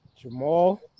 Jamal